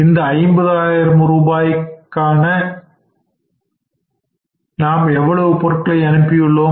இந்த 50 ஆயிரம் ரூபாய்க்காக நாம் எவ்வளவு பொருட்களை அனுப்பியுள்ளோம்